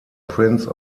prince